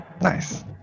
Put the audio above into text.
Nice